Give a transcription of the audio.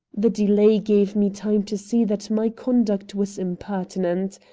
the delay gave me time to see that my conduct was impertinent.